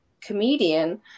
comedian